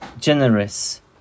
generous